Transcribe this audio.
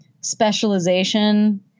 specialization